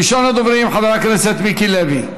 ראשון הדוברים, חבר הכנסת מיקי לוי.